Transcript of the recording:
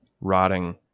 rotting